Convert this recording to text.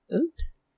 oops